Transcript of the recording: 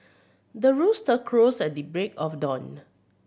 the rooster crows at the break of dawn